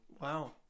Wow